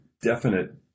definite